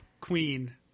queen